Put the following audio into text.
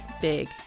Big